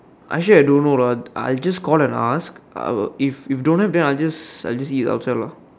actually I don't know lah I just call and ask uh if if don't have then I'll just I'll just eat outside lah